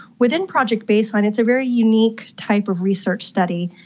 within project baseline it's a very unique type of research study,